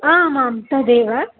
आम् आं तदेव